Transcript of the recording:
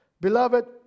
Beloved